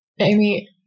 Amy